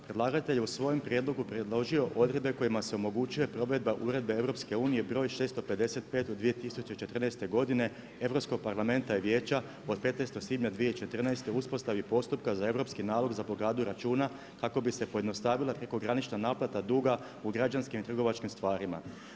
Predlagatelj je u svojem prijedlogu predložio odredbe kojima se omogućuje provedba uredbe EU br. 655/2014 godine Europskog parlamenta i Vijeća od 15. svibnja 2014. o uspostavi postupka za europski nalog za blokadu računa kako bi se pojednostavila prekogranična naplata duga u građanskim i trgovačkim stvarima.